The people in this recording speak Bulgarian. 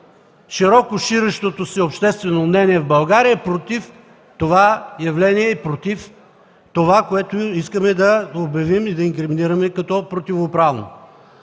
широко ширещото се обществено мнение в България против това явление и против това, което искаме да обявим и да инкриминираме като противоправно.